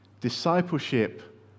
Discipleship